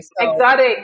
Exotic